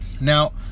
Now